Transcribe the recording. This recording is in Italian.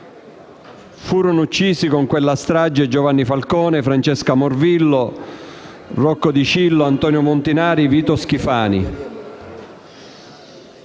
Furono uccisi, in quella strage, Giovanni Falcone, Francesca Morvillo, Rocco Dicillo, Antonio Montinari e Vito Schifani.